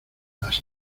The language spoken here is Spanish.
las